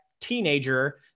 teenager